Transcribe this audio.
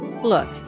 Look